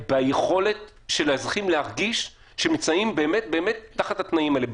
ביכולת של האזרחים להרגיש שהם נמצאים באמת באמת תחת התנאים האלה.